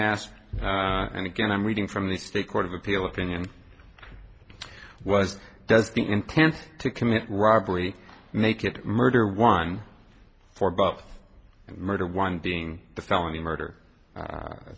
ask and again i'm reading from the state court of appeal opinion was does the intent to commit robbery make it murder one for both murder one being the felony murder